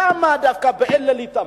למה דווקא באלה להתעמר?